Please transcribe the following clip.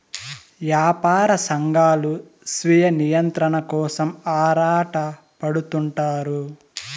యాపార సంఘాలు స్వీయ నియంత్రణ కోసం ఆరాటపడుతుంటారు